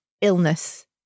illness